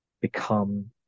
become